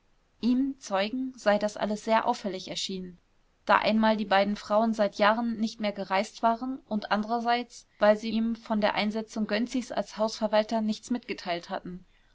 ihm zeugen sei das alles sehr auffällig erschienen da einmal die beiden frauen seit jahren nicht mehr gereist waren und andererseits weil sie ihm von der einsetzung gönczis als hausverwalter nichts mitgeteilt hatten